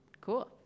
Cool